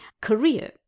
career